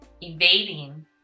evading